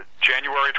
January